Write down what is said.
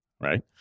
right